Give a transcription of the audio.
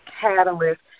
catalyst